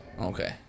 Okay